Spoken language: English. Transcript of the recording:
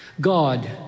God